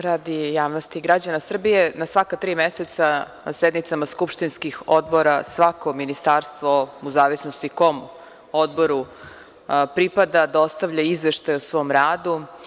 Radi javnosti, građana Srbije, na svaka tri meseca, na sednicama skupštinskih odbora, svako ministarstvo, u zavisnosti kom odboru pripada, dostavlja izveštaj o svom radu.